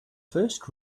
first